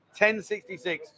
1066